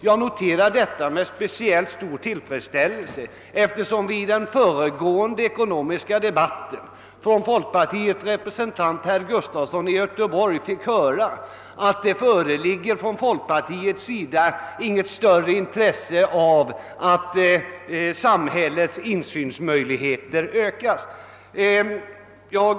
Jag noterar det med speciellt stor tillfredsställelse, eftersom vi i den nyss avslutade ekonomiska debatten från folkpartiets representant herr Gustafson i Göteborg fick höra, att det inom folkpartiet inte föreligger något större intresse av att samhällets insynsmöjligheter ökar.